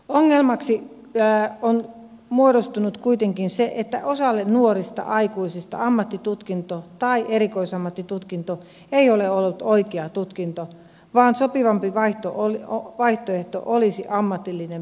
ongelmaksi on muodostunut kuitenkin se että osalle nuorista aikuisista ammattitutkinto tai erikoisam mattitutkinto ei ole ollut oikea tutkinto vaan sopivampi vaihtoehto olisi ammatillinen perustutkinto